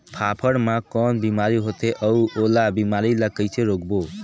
फाफण मा कौन बीमारी होथे अउ ओला बीमारी ला कइसे रोकबो?